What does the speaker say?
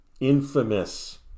infamous